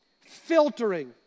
Filtering